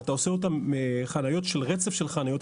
ואתה עושה אותם כרצף של חניות,